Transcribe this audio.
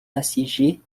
assiégée